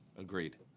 Agreed